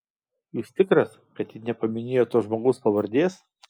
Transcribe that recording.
jūs tikras kad ji nepaminėjo to žmogaus pavardės